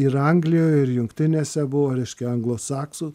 ir anglijoj ir jungtinėse buvo reiškia anglosaksų